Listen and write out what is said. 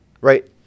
right